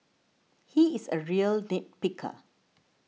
he is a real nit picker